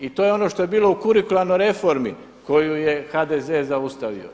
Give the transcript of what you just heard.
I to je ono što je bilo u kurikularnoj reformi koju je HDZ zaustavio.